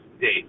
date